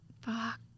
Fuck